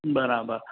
બરાબર